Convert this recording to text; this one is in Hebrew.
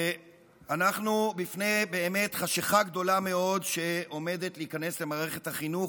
אנחנו באמת בפני חשכה גדולה מאוד שעומדת להיכנס למערכת החינוך,